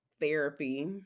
therapy